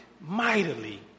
mightily